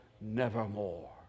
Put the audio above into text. Nevermore